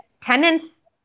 tenants